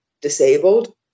disabled